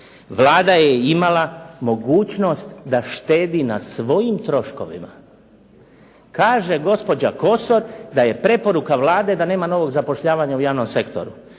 Vlada je imala mogućnost da štedi na svojim troškovima. Kaže gospođa Kosor da je preporuka Vlade da nema novog zapošljavanja u javnom sektoru.